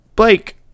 Blake